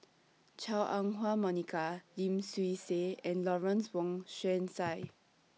Chua Ah Huwa Monica Lim Swee Say and Lawrence Wong Shyun Tsai